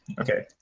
Okay